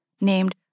named